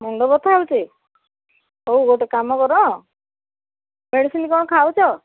ମୁଣ୍ଡ ବଥା ହେଉଛି ହଉ ଗୋଟେ କାମ କର ମେଡ଼ିସିନ୍ କ'ଣ ଖାଉଛ